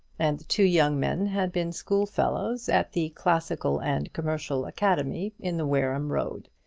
and the two young men had been schoolfellows at the classical and commercial academy in the wareham road.